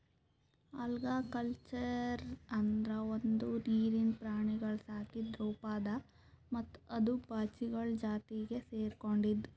algaculture ಅಂದುರ್ ಒಂದು ನೀರಿಂದ ಪ್ರಾಣಿಗೊಳ್ ಸಾಕದ್ ರೂಪ ಅದಾ ಮತ್ತ ಅದು ಪಾಚಿಗೊಳ್ ಜಾತಿಗ್ ಸೆರ್ಕೊಂಡುದ್